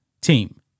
team